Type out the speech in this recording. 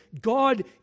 God